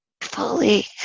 fully